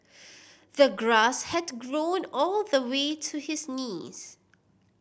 the grass had grown all the way to his knees